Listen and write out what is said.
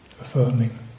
affirming